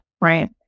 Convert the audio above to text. Right